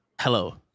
Hello